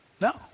No